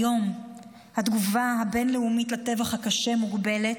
היום התגובה הבין-לאומית לטבח הקשה מוגבלת,